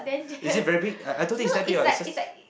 is it very big I I thought this is that big oh it's just